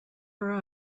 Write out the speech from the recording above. for